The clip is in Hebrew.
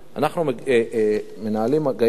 אנחנו מנהלים מגעים עכשיו,